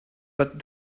but